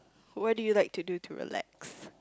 what do you like to do to relax